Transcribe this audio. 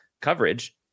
coverage